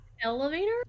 elevator